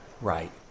Right